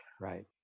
right